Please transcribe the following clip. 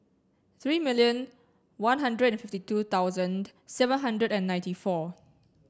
three million one hundred fifty two thousand seven hundred and ninety four